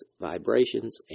vibrations